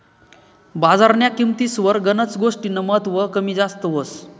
बजारन्या किंमतीस्वर गनच गोष्टीस्नं महत्व कमी जास्त व्हस